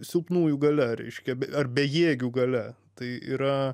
silpnųjų galia reiškia ar bejėgių galia tai yra